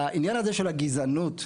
העניין הזה של הגזענות והאפליה,